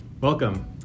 welcome